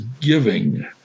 giving